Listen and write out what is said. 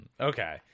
Okay